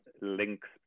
links